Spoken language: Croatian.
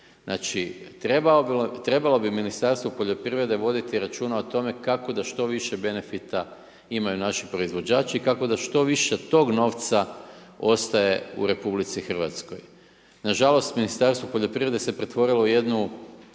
Znači trebalo bi Ministarstvo poljoprivrede voditi računa o tome kako da što više benefita imaju naši proizvođači i kako da što više tog novca ostaje u RH. Nažalost Ministarstvo poljoprivrede se pretvorilo u jednu